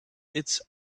its